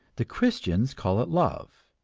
the christians call it love,